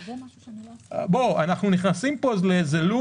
אנחנו נכנסים פה לאיזה loop